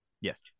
Yes